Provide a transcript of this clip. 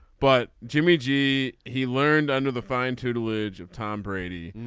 but jimmy g. he learned under the fine tutelage of tom brady.